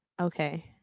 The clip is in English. okay